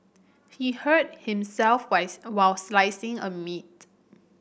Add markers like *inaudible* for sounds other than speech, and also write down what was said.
he hurt himself *unintelligible* while slicing the meat